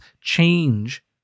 change